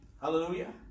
Hallelujah